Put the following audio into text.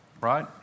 Right